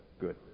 Good